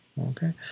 okay